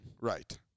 Right